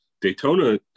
Daytona